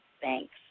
Thanks